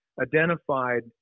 identified